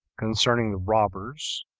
concerning the robbers,